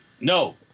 no